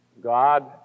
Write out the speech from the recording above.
God